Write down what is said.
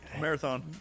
Marathon